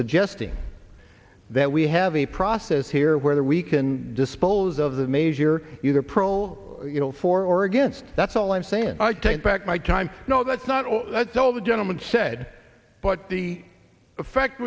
suggesting that we have a process here where we can dispose of the major either prole you know for or against that's all i'm saying i take back my time no that's not all that's all the gentleman said but the effect